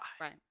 Right